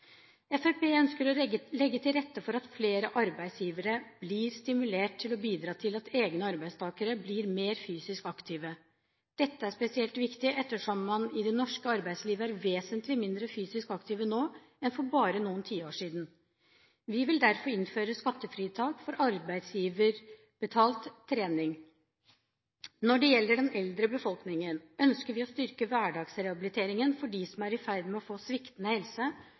Fremskrittspartiet ønsker å legge til rette for at flere arbeidsgivere blir stimulert til å bidra til at egne arbeidstakere blir mer fysisk aktive. Dette er spesielt viktig ettersom man i det norske arbeidsliv er vesentlig mindre fysisk aktive nå enn for bare noen tiår siden. Vi vil derfor innføre skattefritak for arbeidsgiverbetalt trening. Når det gjelder den eldre befolkningen, ønsker vi å styrke hverdagsrehabiliteringen for dem som er i ferd med å få sviktende helse,